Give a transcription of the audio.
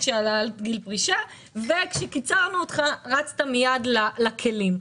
של העלאת גיל פרישה וכשקיצרנו אותך רצת מיד לכלים.